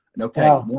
Okay